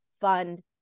fund